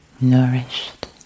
Nourished